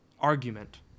Argument